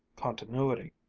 continuity.